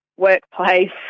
workplace